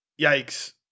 Yikes